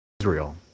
Israel